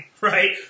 right